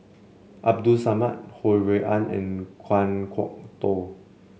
Abdul Samad Ho Rui An and Kan Kwok Toh